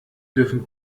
dürfen